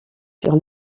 sur